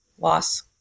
loss